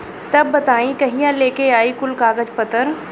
तब बताई कहिया लेके आई कुल कागज पतर?